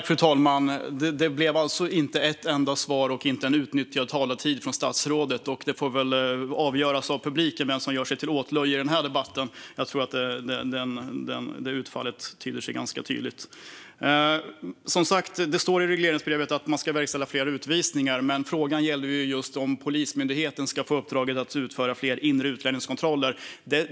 Fru talman! Det blev alltså inte ett enda svar och inte en fullt utnyttjad talartid från statsrådet. Och det får väl avgöras av publiken vem som gör sig till åtlöje i den här debatten. Jag tror att det är ganska tydligt vad utfallet blir. Det står som sagt i regleringsbrevet att man ska verkställa fler utvisningar. Men frågan gällde om Polismyndigheten ska få i uppdrag att utföra fler inre utlänningskontroller.